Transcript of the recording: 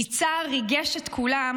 יצהר ריגש את כולם